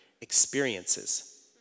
experiences